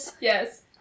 Yes